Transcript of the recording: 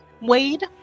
Wade